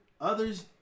Others